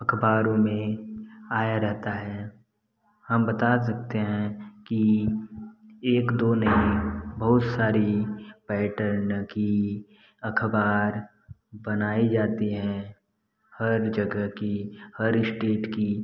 अख़बारों में आया रहता है हम बता सकते हैं कि एक दो नहीं बहुत सारी पैटर्न की अख़बार बनाई जाती हैं हर जगह की हर इश्टेट की